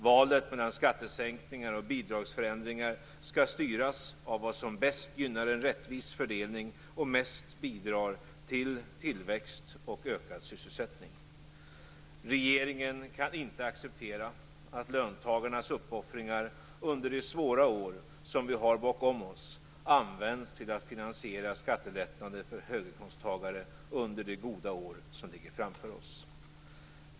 Valet mellan skattesänkningar och bidragsförändringar skall styras av vad som bäst gynnar en rättvis fördelning och mest bidrar till tillväxt och ökad sysselsättning. Regeringen kan inte acceptera att löntagarnas uppoffringar under de svåra år som vi har bakom oss används till att finansiera skattelättnader för höginkomsttagare under de goda år som ligger framför oss.